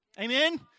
Amen